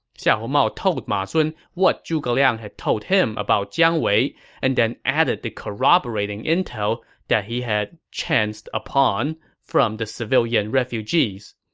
xiahou mao told ma zun what zhuge liang had told him about jiang wei and then added the corroborating intel that he chanced upon from the civilian refugees